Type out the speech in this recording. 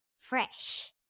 fresh